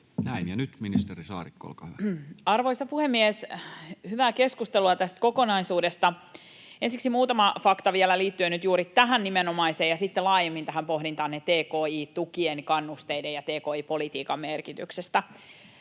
Kiitos. Ja nyt ministeri Saarikko, olkaa hyvä. Arvoisa puhemies! Hyvää keskustelua tästä kokonaisuudesta. Ensiksi muutama fakta vielä liittyen nyt juuri tähän nimenomaiseen esitykseen ja sitten laajemmin tähän pohdintaan tki-tukien, ‑kannusteiden ja tki-politiikan merkityksestä.